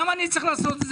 למה אני צריך לעשות את זה?